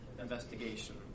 investigation